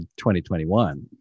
2021